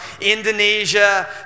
Indonesia